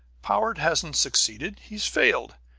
powart hasn't succeeded he's failed.